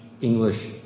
English